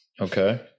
Okay